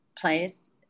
place